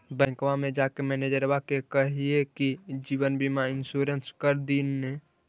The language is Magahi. बैंकवा मे जाके मैनेजरवा के कहलिऐ कि जिवनबिमा इंश्योरेंस कर दिन ने?